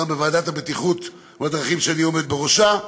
וגם בוועדת הבטיחות בדרכים שאני עומד בראשה.